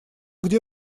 где